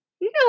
No